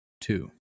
Two